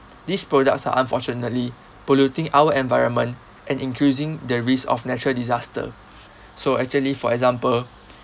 these products are unfortunately polluting our environment and increasing the risk of natural disaster so actually for example